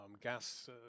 gas